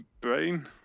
Brain